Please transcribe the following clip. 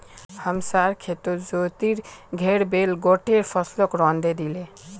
हमसार खेतत ज्योतिर घेर बैल गोट्टे फसलक रौंदे दिले